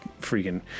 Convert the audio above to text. freaking